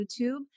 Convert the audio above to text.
YouTube